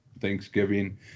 Thanksgiving